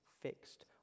fixed